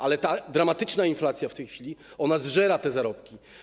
Ale dramatyczna inflacja w tej chwili zżera te zarobki.